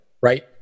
right